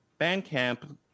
Bandcamp